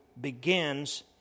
begins